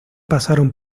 pasaron